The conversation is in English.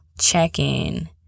check-in